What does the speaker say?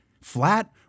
Flat